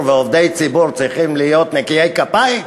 ועובדי ציבור צריכים להיות נקיי כפיים?